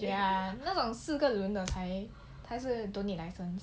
ya 那种四个轮的才是 nicer